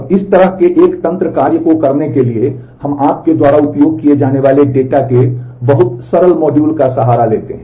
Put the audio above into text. अब इस तरह के एक तंत्र कार्य को करने के लिए हम आपके द्वारा उपयोग किए जाने वाले डेटा के बहुत सरल मॉड्यूल का सहारा लेते हैं